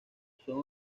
son